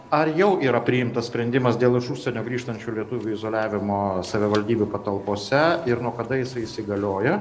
ar jau yra priimtas sprendimas dėl iš užsienio grįžtančių lietuvių izoliavimo savivaldybių patalpose ir nuo kada jisai įsigalioja